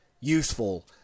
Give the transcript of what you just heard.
useful